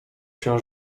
się